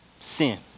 sin